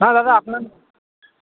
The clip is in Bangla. হ্যাঁ দাদা আপনার